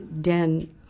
den